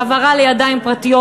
והעברה לידיים פרטיות,